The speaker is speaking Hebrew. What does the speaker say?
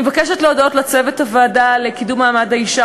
אני מבקשת להודות לצוות הוועדה לקידום מעמד האישה